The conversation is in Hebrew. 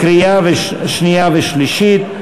לקריאה שנייה ולקריאה שלישית.